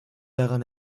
daran